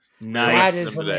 nice